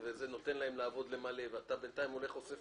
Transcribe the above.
נותן להם למלא, כאשר